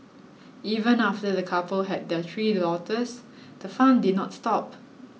even after the couple had their three daughters the fun did not stop